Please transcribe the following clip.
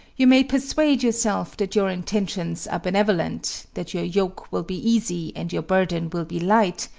you may persuade yourself that your intentions are benevolent, that your yoke will be easy and your burden will be light,